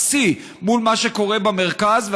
אפסי, מול מה שקורה במרכז.